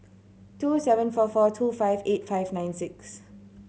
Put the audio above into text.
two seven four four two five eight five nine six